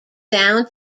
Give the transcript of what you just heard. down